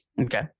Okay